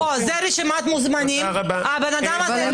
פה, זה רשימת המוזמים של הוועדה.